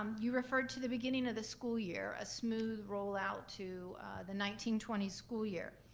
um you referred to the beginning of the school year, a smooth rollout to the nineteen twenty school year,